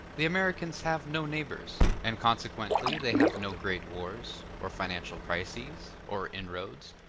the americans have no neighbors, and consequently they have no great wars, or financial crises, or inroads,